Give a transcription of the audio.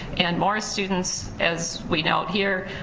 and morris students, as we now hear,